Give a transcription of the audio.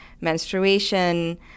menstruation